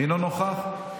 אינו נוכח,